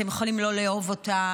אתם יכולים לא לאהוב אותם,